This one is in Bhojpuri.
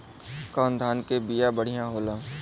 कौन धान के बिया बढ़ियां होला?